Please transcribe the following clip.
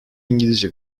i̇ngilizce